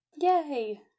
Yay